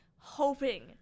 Hoping